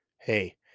Hey